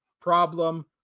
problem